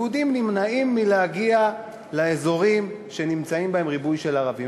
יהודים נמנעים מלהגיע לאזורים שנמצא בהם ריבוי של ערבים,